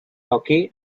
hockey